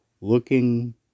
looking